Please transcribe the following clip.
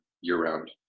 year-round